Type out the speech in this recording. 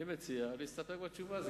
מציע להסתפק בתשובה.